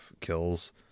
kills